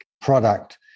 product